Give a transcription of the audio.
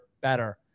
better